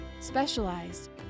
specialized